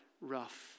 rough